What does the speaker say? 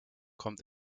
kommt